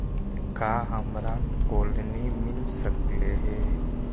का हमरा कोलनी मिल सकले हे?